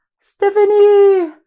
Stephanie